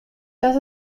das